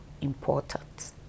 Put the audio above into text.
important